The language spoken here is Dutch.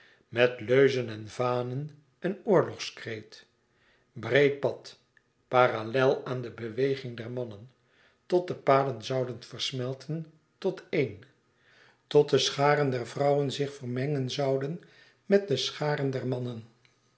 met leuzen en vanen en oorlogskreet breed pad paralel aan de beweging der mannen tot de paden zouden versmelten tot éen tot de scharen der vrouwen zich vermengen zouden met de scharen der mannen